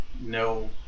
No